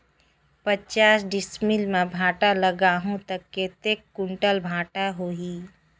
पचास डिसमिल मां भांटा लगाहूं ता कतेक कुंटल भांटा होही?